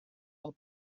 all